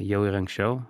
jau ir anksčiau